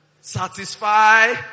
satisfy